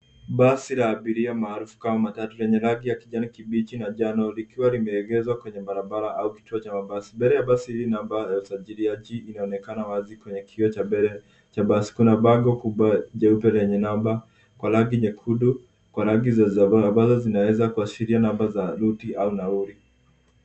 Basi la abiria maarufu kama matatu lenye rangi ya kijani kibichi na njano likiwa limeegezwa kwenye barabara au kituo cha mabasi. Mbele ya basi lina number ya usajili inayoonekana wazi kwenye kioo cha mbele cha basi. Kuna bango kubwa jeupe lenye namba kwa rangi nyekundu, kwa rangi ambazo zinaweza kuashiria namba za route au nauli.